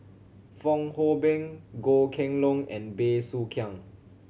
Fong Hoe Beng Goh Kheng Long and Bey Soo Khiang